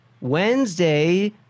Wednesday